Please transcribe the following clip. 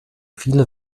viele